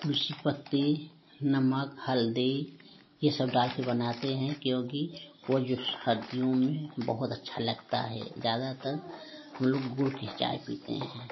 तुलसी की पत्ती नमक हल्दी ये सब डाल कर बनाते हैं क्योंकि वह जो सर्दियों में बहुत अच्छा लगता है ज़्यादातर हम लोग गुड़ की चाय पीते हैं